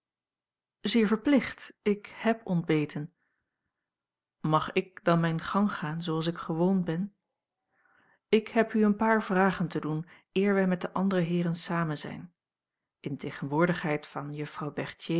zeer verplicht ik heb ontbeten mag ik dan mijn gang gaan zooals ik gewoon ben ik heb u een paar vragen te doen eer wij met de andere heeren samen zijn in tegenwoordigheid van juffrouw